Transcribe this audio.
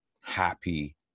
happy